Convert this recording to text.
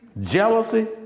jealousy